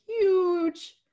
huge